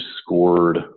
scored